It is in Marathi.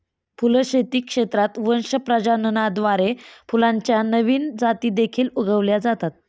फुलशेती क्षेत्रात वंश प्रजननाद्वारे फुलांच्या नवीन जाती देखील उगवल्या जातात